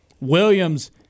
Williams